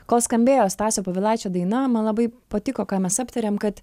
kol skambėjo stasio povilaičio daina man labai patiko ką mes aptarėm kad